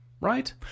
Right